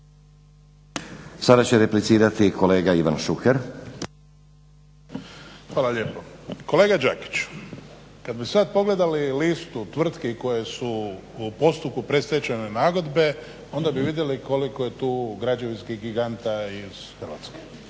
Sada će replicirati kolega Ivan Šuker. **Šuker, Ivan (HDZ)** Hvala lijepo. Kolega Đakiću, kad bi sad pogledali listu tvrtki koje su u postupku predstečajne nagodbe onda bi vidjeli koliko je tu građevinskih giganta iz Hrvatske.